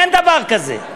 אין דבר כזה.